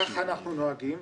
ככה אנחנו נוהגים,